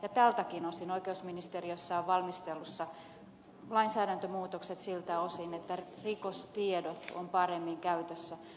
tältäkin osin oikeusministeriössä on valmistelussa lainsäädäntömuutokset siltä osin että rikostiedot ovat paremmin käytössä